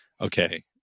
Okay